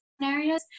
scenarios